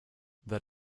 that